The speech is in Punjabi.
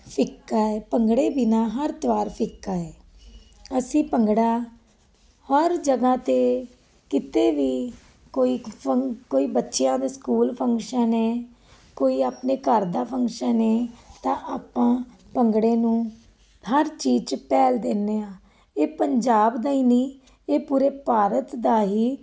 ਫਿੱਕਾ ਹੈ ਭੰਗੜੇ ਬਿਨ੍ਹਾਂ ਹਰ ਤਿਉਹਾਰ ਫਿੱਕਾ ਹੈ ਅਸੀਂ ਭੰਗੜਾ ਹਰ ਜਗ੍ਹਾ 'ਤੇ ਕਿਤੇ ਵੀ ਕੋਈ ਫੰਕ ਕੋਈ ਬੱਚਿਆਂ ਦੇ ਸਕੂਲ ਫੰਕਸ਼ਨ ਹੈ ਕੋਈ ਆਪਣੇ ਘਰ ਦਾ ਫੰਕਸ਼ਨ ਹੈ ਤਾਂ ਆਪਾਂ ਭੰਗੜੇ ਨੂੰ ਹਰ ਚੀਜ਼ 'ਚ ਪਹਿਲ ਦਿੰਦੇ ਹਾਂ ਇਹ ਪੰਜਾਬ ਦਾ ਹੀ ਨਹੀਂ ਇਹ ਪੂਰੇ ਭਾਰਤ ਦਾ ਹੀ